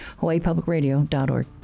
hawaiipublicradio.org